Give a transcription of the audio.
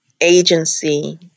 agency